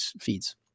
feeds